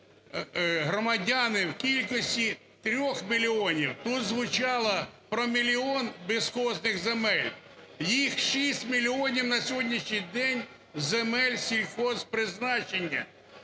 громадяни в кількості 3 мільйонів. Тут звучало про мільйон безхозних земель, їх 6 мільйонів на сьогоднішній день, земель сільгосппризначення.